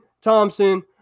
Thompson